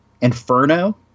Inferno